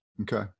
Okay